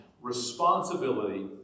responsibility